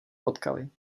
potkali